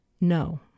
no